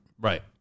Right